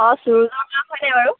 অঁ হয়নে বাৰু